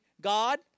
God